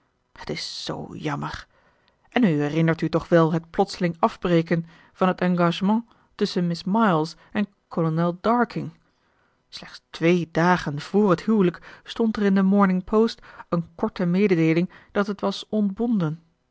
het is zoo jammer en u herinnert u toch wel het plotseling afbreken van het engagement tusschen miss miles en kolonel darking slechts twee dagen voor het huwelijk stond er in de morning post een korte mededeeling dat het was ontbonden